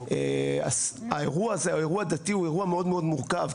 אז האירוע הדתי הוא אירוע מאוד מאוד מורכב,